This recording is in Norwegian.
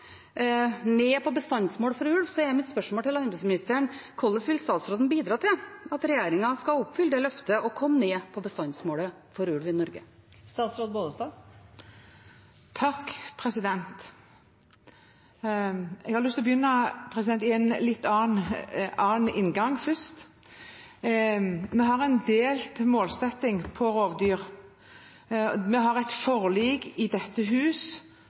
ned til bestandsmålet for ulv, er mitt spørsmål til landbruksministeren: Hvordan vil statsråden bidra til at regjeringen skal oppfylle det løftet og komme ned til bestandsmålet for ulv i Norge? Jeg har lyst til å begynne med en litt annen inngang. Vi har en delt målsetting på rovdyr. Vi har et forlik i dette hus